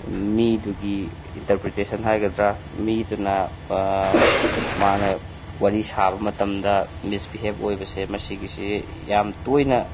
ꯃꯤꯗꯨꯒꯤ ꯏꯟꯇꯔꯄ꯭ꯔꯤꯇꯦꯁꯟ ꯍꯥꯏꯒꯗ꯭ꯔꯥ ꯃꯤꯗꯨꯅ ꯃꯥꯅ ꯋꯥꯔꯤ ꯁꯥꯕ ꯃꯇꯝꯗ ꯃꯤꯁꯕꯤꯍꯦꯚ ꯑꯣꯏꯕꯁꯦ ꯃꯁꯤꯒꯤꯁꯤ ꯌꯥꯝ ꯇꯣꯏꯅ